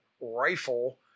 rifle